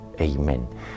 Amen